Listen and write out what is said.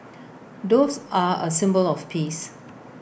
doves are A symbol of peace